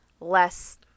less